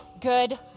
Good